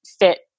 fit